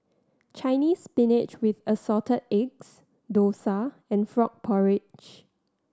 Chinese Spinach with Assorted Eggs dosa and frog porridge